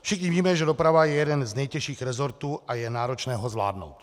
Všichni víme, že doprava je jeden z nejtěžších rezortů a je náročné ho zvládnout.